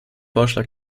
vorschlag